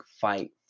fight